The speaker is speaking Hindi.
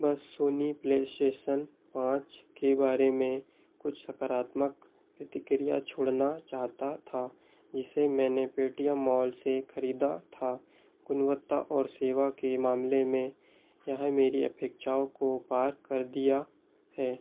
बस सोनी प्ले एस्टेशन पाँच के बारे में कुछ सकारात्मक प्रतिक्रिया छोड़ना चाहता था जिसे मैंने पेटीएम मॉल से खरीदा था गुणवत्ता और सेवा के मामले में यह मेरी अपेक्षाओं को पार कर दिया है